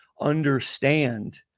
understand